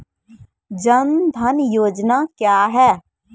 जन धन योजना क्या है?